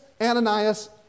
Ananias